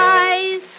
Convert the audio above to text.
eyes